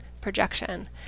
projection